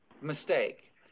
Mistake